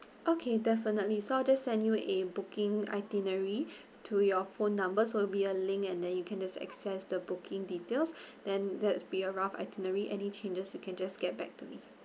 okay definitely so I'll just send you a booking itinerary to your phone numbers so will be a link and then you can just access the booking details then that's be a rough itinerary any changes you can just get back to me